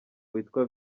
witwa